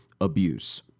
abuse